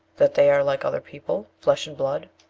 that they are like other people, flesh and blood.